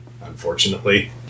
unfortunately